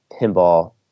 pinball